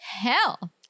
hell